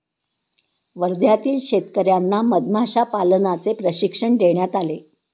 वर्ध्यातील शेतकर्यांना मधमाशा पालनाचे प्रशिक्षण देण्यात आले